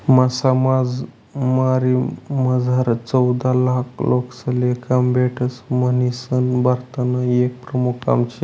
मासामारीमझार चौदालाख लोकेसले काम भेटस म्हणीसन भारतनं ते एक प्रमुख काम शे